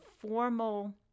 formal